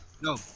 No